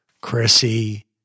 Chrissy